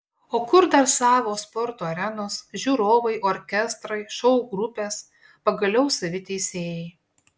o kur dar savos sporto arenos žiūrovai orkestrai šou grupės pagaliau savi teisėjai